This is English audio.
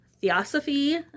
Theosophy